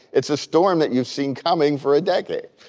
it's a storm that you've seen coming for a decade.